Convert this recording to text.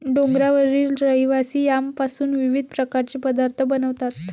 डोंगरावरील रहिवासी यामपासून विविध प्रकारचे पदार्थ बनवतात